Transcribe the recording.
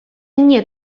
nie